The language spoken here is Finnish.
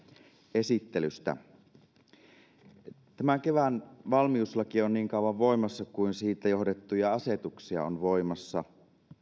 esittelystä tämä kevään valmiuslaki on voimassa niin kauan kuin siitä johdettuja asetuksia on voimassa